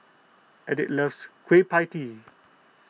Enid loves Kueh Pie Tee